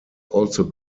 also